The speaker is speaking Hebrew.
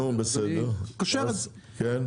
נו בסדר, כן?